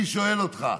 אני שואל אותך: